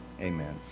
Amen